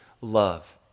love